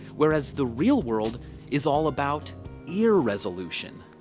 whereas the real world is all about ear resolution.